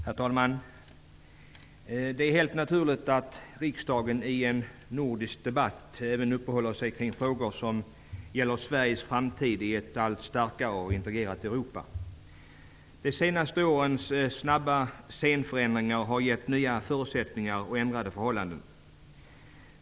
Herr talman! Det är helt naturligt att riksdagen i en nordisk debatt även uppehåller sig vid frågor som gäller Sveriges framtid i ett allt starkare och integrerat Europa. De senaste årens snabba scenförändringar har skapat nya förutsättningar och ändrade förhållanden.